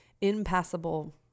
impassable